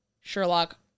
Sherlock